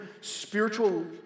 spiritual